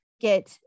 get